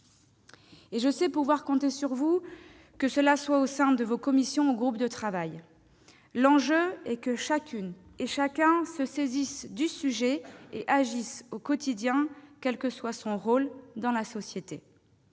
Et je sais pouvoir compter sur vous, au sein de vos commissions et de vos groupes de travail ! L'enjeu est que chacune et chacun se saisisse du sujet et agisse au quotidien, quel que soit son rôle dans la société.